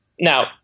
Now